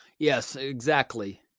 yes, exactly,